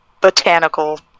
botanical